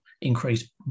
increase